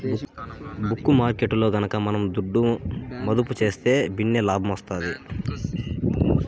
bull మార్కెట్టులో గనక మనం దుడ్డు మదుపు సేస్తే భిన్నే లాబ్మొస్తాది